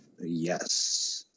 Yes